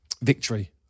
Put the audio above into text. victory